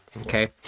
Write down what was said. okay